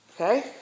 Okay